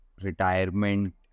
retirement